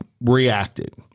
reacted